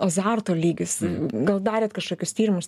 azarto lygis gal darėt kažkokius tyrimus